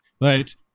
Right